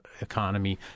economy